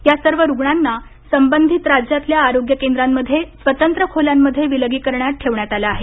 या सर्व रुग्णांना संबंधित राज्यांतल्या आरोग्य केंद्रांमध्ये स्वतंत्र खोल्यांमध्ये विलगीकरणात ठेवण्यात आलं आहे